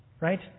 right